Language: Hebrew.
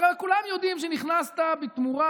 הרי כולם יודעים שנכנסת בתמורה